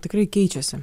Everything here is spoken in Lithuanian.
tikrai keičiasi